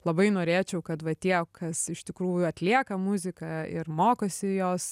labai norėčiau kad va tie kas iš tikrųjų atlieka muziką ir mokosi jos